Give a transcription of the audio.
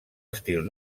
estil